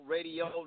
Radio